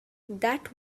that